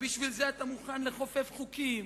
ובשביל זה אתה מוכן לכופף חוקים